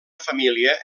família